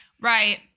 Right